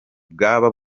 bwaba